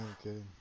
okay